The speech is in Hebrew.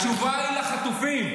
-- התשובה היא לחטופים.